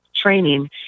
training